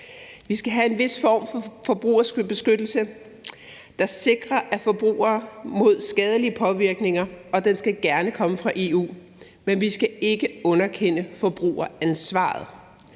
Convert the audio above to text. Vi skal have en vis form for forbrugerbeskyttelse, der sikrer forbrugere mod skadelige påvirkninger, og den må gerne komme fra EU, men vi skal ikke underkende forbrugeransvaret.